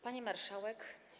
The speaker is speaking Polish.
Pani Marszałek!